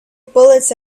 bullets